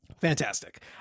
Fantastic